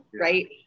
right